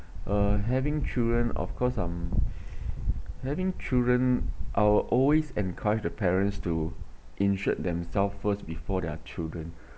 uh having children of course um having children I will always encourage the parents to insured themself first before their children